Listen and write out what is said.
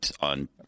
on